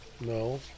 No